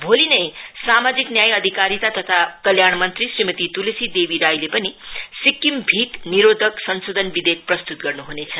भोलि नै सामाजिक न्याय अधिकारिता तथा कल्याण मंत्री श्रीमती तुलसी देवी राईले पनि सिक्किम भीख निरोधक संशोधन विधेयक प्रस्तुत गर्नु हुनेछ